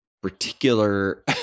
particular